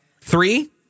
Three